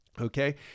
okay